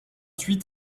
huit